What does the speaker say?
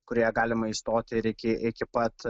kurioje galima įstoti ir iki iki pat